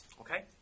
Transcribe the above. Okay